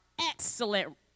excellent